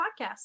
Podcast